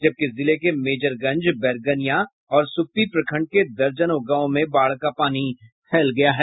जबकि जिले के मेजरगंज बैरगनिया और सुप्पी प्रखंड के दर्जनों गांव में बाढ़ का पानी फैल गया है